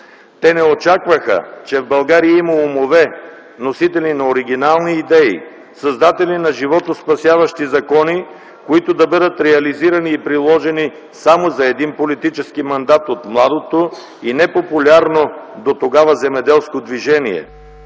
Те не очакваха, че в България има умове, носители на оригинални идеи, създатели на животоспасяващи закони, които да бъдат реализирани и приложени само за един политически мандат от младото и непопулярно дотогава земеделско движение